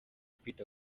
kwita